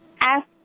ask